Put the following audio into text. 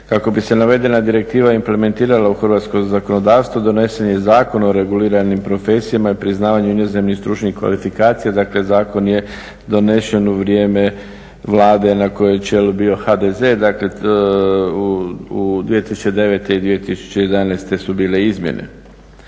kako bi se navedena direktiva implementirala u hrvatsko zakonodavstvo donesen je i Zakon o reguliranim profesijama i priznavanju inozemnih stručnih kvalifikacija, dakle zakon je donesen u vrijeme Vlade na kojoj je na čelu bio HDZ. Dakle, u 2009. i 2011. su bile izmjene.